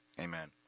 Amen